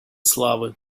славы